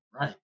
right